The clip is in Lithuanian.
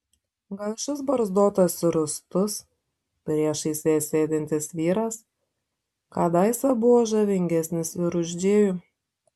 gal šis barzdotas ir rūstus priešais ją sėdintis vyras kadaise buvo žavingesnis ir už džėjų